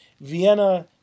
Vienna